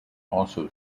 also